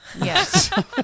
Yes